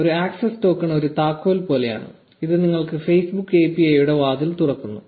ഒരു access token ഒരു താക്കോൽ പോലെയാണ് അത് നിങ്ങൾക്ക് Facebook API യുടെ വാതിൽ തുറക്കുന്നു